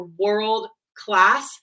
world-class